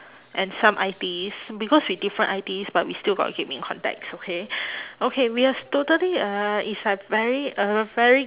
and some I_T_Es because we different I_T_Es but we still got keep in contacts okay okay we has totally uh is like very uh very